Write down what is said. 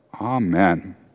Amen